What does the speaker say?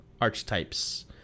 archetypes